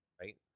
right